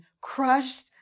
crushed